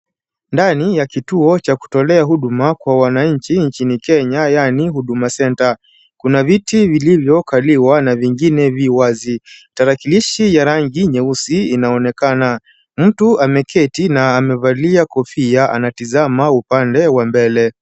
Ndani ya kituo cha kutolea huduma kwa wananchi nchini Kenya yaani Huduma Centre ,kuna viti vilivyokaliwa na vingine vi wazi, tarakilishi ya rangi nyeusi inaonekana ,mtu ameketi na amevalia kofia anatizama upande wa mbele .